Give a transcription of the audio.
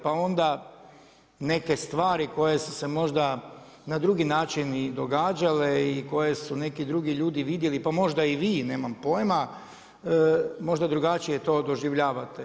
Pa onda, neke stvari koje su se možda na drugi način i događale i koje su neki drugi ljudi i vidjeli, pa možda i vi, nemam pojma, možda drugačije to doplivavate.